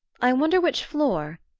i wonder which floor?